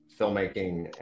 filmmaking